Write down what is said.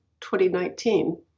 2019